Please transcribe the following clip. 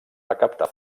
recaptar